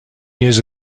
years